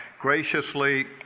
graciously